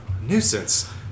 nuisance